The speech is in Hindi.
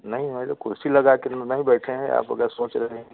नहीं मैडम कुर्सी लगा के नहीं बैठे हैं आप अगर सोच रहे हैं